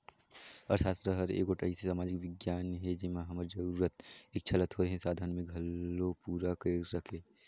अर्थसास्त्र हर एगोट अइसे समाजिक बिग्यान हे जेम्हां हमर जरूरत, इक्छा ल थोरहें साधन में घलो पूरा कइर सके